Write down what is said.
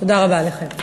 תודה רבה לכם.